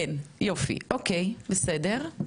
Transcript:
כן יופי אוקי בסדר.